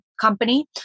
company